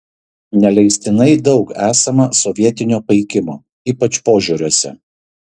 neleistinai daug esama sovietinio paikimo ypač požiūriuose